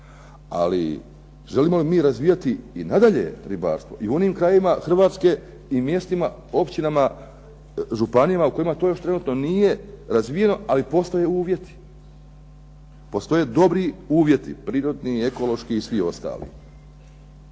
Ali, želimo li mi razvijati i nadalje ribarstvo i u onim krajevima Hrvatske i mjestima, općinama, županijama u kojima to još trenutno nije razvijeno, ali postoje uvjeti? Postoje dobri uvjeti, prirodni, ekološki i svi ostali.